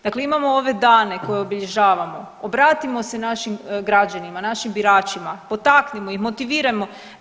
Dakle, imamo ove dane koje obilježavamo, obratimo se našim građanima, našim biračima, potaknimo ih, motivirajmo.